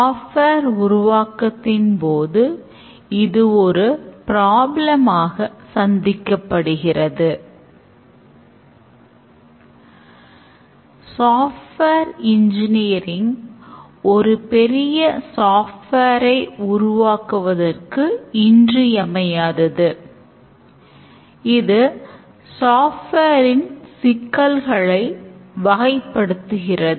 software சந்திக்கப்படுகிறது